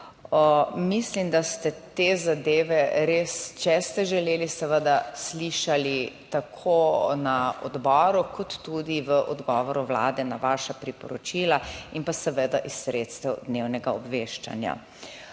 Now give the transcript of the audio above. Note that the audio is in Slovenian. Mislim, da ste te zadeve res, če ste želeli seveda, slišali tako na odboru kot tudi v odgovoru Vlade na vaša priporočila in pa seveda iz sredstev dnevnega obveščanja.